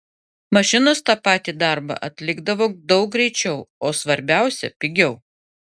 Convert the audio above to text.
mašinos tą patį darbą atlikdavo daug greičiau o svarbiausia pigiau